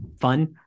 fun